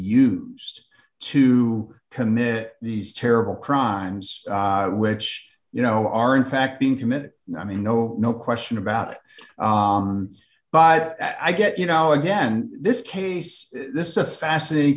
used to commit these terrible crimes which you know are in fact being committed i mean no no question about it but i get you know again this case this is a fascinating